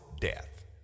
death